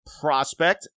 prospect